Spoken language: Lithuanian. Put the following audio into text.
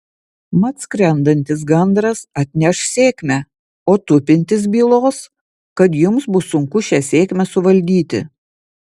mat skrendantis gandras atneš sėkmę o tupintis bylos kad jums bus sunku šią sėkmę suvaldyti